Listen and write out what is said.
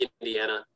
Indiana